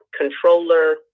controller